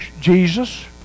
Jesus